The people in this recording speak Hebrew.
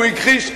והוא הכחיש.